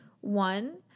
One